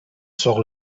sur